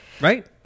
Right